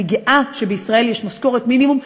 אני גאה שבישראל יש משכורת מינימום,